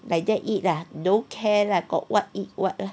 like that eat ah don't care lah got what eat what ah